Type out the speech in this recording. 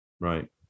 Right